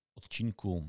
odcinku